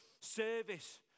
service